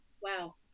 Wow